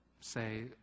say